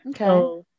Okay